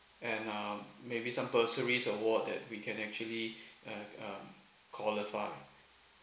and uh maybe some bursaries award that we can actually and um qualified